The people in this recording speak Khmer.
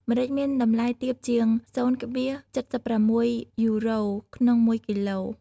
ម្រេចមានតម្លៃទាបជាង ០,៧៦ យូរ៉ូ ក្នុងមួយគីឡូ។